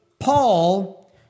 Paul